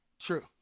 True